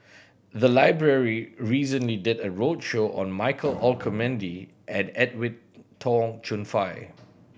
the library recently did a roadshow on Michael Olcomendy and Edwin Tong Chun Fai